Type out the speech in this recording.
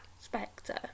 Spectre